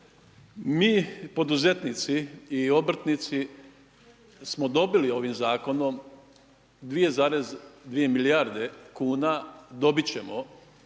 Mi poduzetnici i obrtnici smo dobili ovim zakonom 2,2 milijarde kuna, dobit ćemo